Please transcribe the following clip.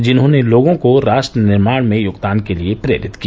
जिन्होंने लोगों को राष्ट्र निर्माण में योगदान के लिये प्रेरित किया